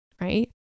right